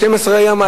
12 ימים.